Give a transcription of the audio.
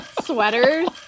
sweaters